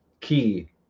key